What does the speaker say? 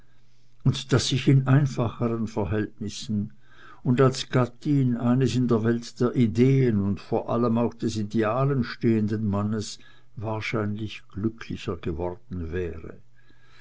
und daß ich in einfacheren verhältnissen und als gattin eines in der welt der ideen und vor allem auch des idealen stehenden mannes wahrscheinlich glücklicher geworden wäre